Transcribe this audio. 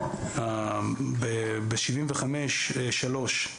בסעיף 75(3),